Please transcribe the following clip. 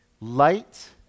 Light